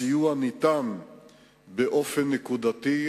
הסיוע ניתן באופן נקודתי,